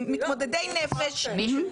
עם מתמודדי נפש,